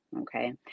okay